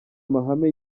amahame